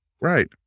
Right